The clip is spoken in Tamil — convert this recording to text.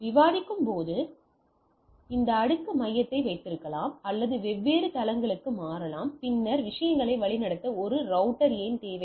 எனவே விவாதிக்கும்போது இந்த அடுக்கு மையத்தை வைத்திருக்கலாம் அல்லது வெவ்வேறு தளங்களுக்கு மாறலாம் பின்னர் விஷயங்களை வழிநடத்த ஒரு ரௌட்டர் ஏன் தேவை